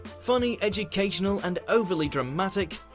funny, educational and over-dramatic,